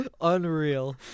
Unreal